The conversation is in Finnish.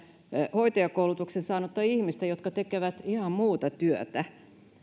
hoitajakoulutuksen saanutta ihmistä jotka tekevät ihan muuta työtä